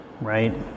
right